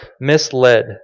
misled